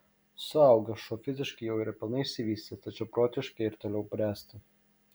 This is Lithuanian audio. suaugęs šuo fiziškai jau yra pilnai išsivystęs tačiau protiškai ir toliau bręsta